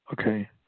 Okay